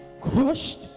crushed